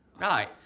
right